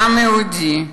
דם יהודי,